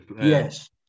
Yes